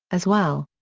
as well.